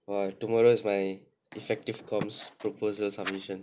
!wah! tomorrow is my effective comms proposal submission